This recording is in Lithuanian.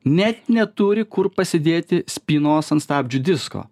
net neturi kur pasidėti spynos ant stabdžių disko